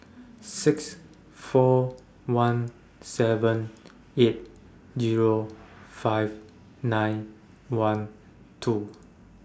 six four one seven eight Zero five nine one two